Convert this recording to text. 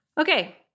Okay